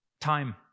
Time